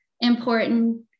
important